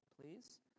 please